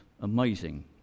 amazing